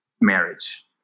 marriage